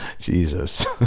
Jesus